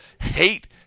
hate